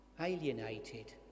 alienated